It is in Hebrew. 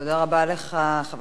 חבר הכנסת יריב לוין,